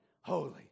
holy